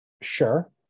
sure